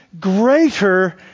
greater